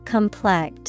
Complex